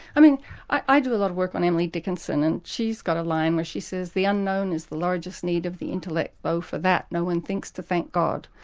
i mean i do a lot of work on emily dickinson, and she's got a line where she says the unknown is the largest need of the intellect, though for that, no-one thinks to thank god.